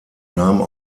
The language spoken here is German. nahmen